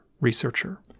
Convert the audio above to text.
researcher